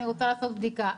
אני רוצה לעשות בדיקה,